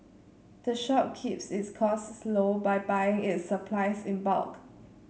the shop keeps its costs low by buying its supplies in bulk